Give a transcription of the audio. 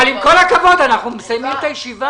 אבל עם כל הכבוד, אנחנו מסיימים את הישיבה.